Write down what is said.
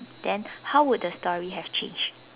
then how would the story have changed